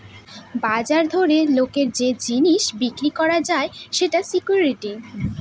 বাজার দরে লোকের যে জিনিস বিক্রি করা যায় সেটা সিকুইরিটি